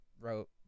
wrote